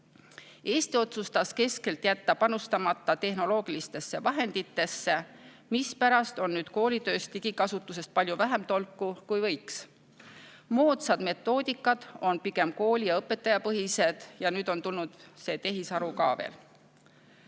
Eesti otsustas keskselt jätta panustamata tehnoloogilistesse vahenditesse ja seepärast on nüüd koolitöös digikasutusest palju vähem tolku, kui võiks olla. Moodsad metoodikad on pigem kooli- ja õpetajapõhised, ja nüüd on mängu tulnud ka tehisaru. Jah,